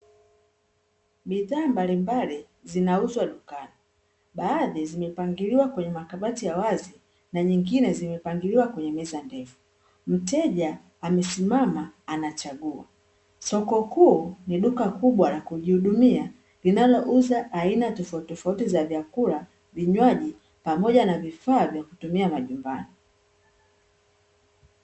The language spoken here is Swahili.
Bidhaa mbalimbali zinauzwa dukani, baadhi ya bidhaa zimepangiliwa kwenye makabati ya wazi na nyingine zimepangiliwa kwenye meza ndefu. Mteja amesimama anachagua, soko kuu ni duka kubwa la kujihudumia linalo uza aina tofauti za vyakula, vinywaji pamoja na vifaa vya kutumia nyumbani.